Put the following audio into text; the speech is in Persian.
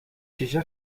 شیشه